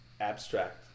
abstract